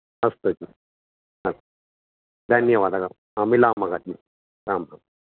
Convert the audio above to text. अस्तु जि हा धन्यवादः हा मिलामः जि रां राम्